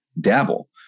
dabble